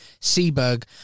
Seberg